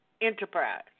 enterprise